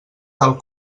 tal